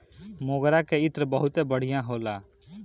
मोगरा के इत्र बहुते बढ़िया होला